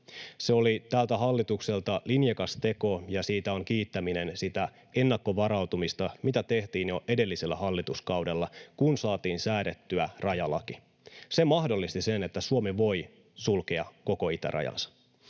Se oli tältä hallitukselta linjakas teko, ja siitä on kiittäminen sitä ennakkovarautumista, mitä tehtiin jo edellisellä hallituskaudella, kun saatiin säädettyä rajalaki. Se mahdollisti sen, että Suomi voi sulkea koko itärajansa.